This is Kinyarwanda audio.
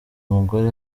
umugore